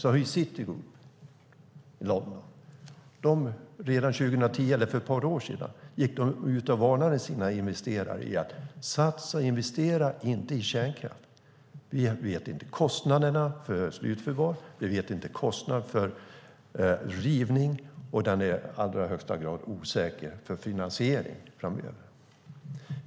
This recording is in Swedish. Citigroup i London varnade redan för ett par år sedan sina investerare för att satsa på och investera i kärnkraft: Vi vet inte kostnaderna för slutförvar, vi vet inte kostnaderna för rivning och den är i allra högsta grad osäker för finansiering framöver.